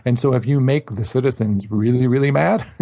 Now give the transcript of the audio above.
and so if you make the citizens really, really mad,